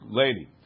lady